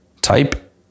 type